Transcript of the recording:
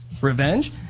revenge